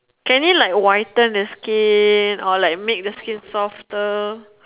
can you like whiten your skin or like make the skin softer